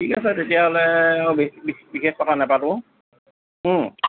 ঠিক আছে তেতিয়াহ'লে বিশেষ কথা নাপাতো